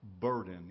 burden